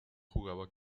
jugaba